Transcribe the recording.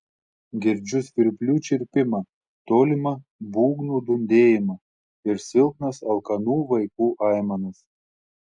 girdžiu svirplių čirpimą tolimą būgnų dundėjimą ir silpnas alkanų vaikų aimanas